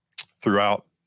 throughout